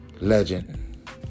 legend